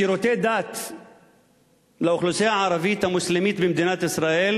שירותי דת לאוכלוסייה הערבית המוסלמית במדינת ישראל